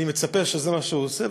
אני מצפה שזה מה שהוא עושה,